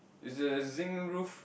is a zinc roof